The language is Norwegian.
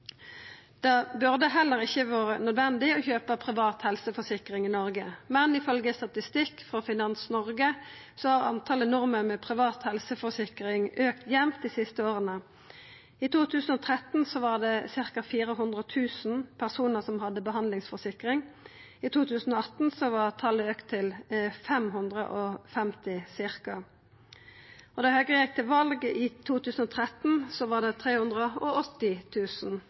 Det burde heller ikkje ha vore nødvendig å kjøpa privat helseforsikring i Noreg, men ifølgje statistikk frå Finans Norge har talet på nordmenn med privat helseforsikring auka jamt dei siste åra. I 2013 var det ca. 400 000 personar som hadde behandlingsforsikring, i 2018 var talet auka til ca. 550 000. Da Høgre gjekk til val i 2013, var det